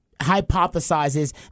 hypothesizes